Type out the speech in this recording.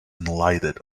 enlightened